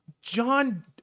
John